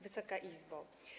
Wysoka Izbo!